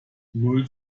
null